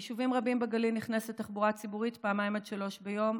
ביישובים רבים בגליל נכנסת תחבורה ציבורית פעמיים עד שלוש ביום,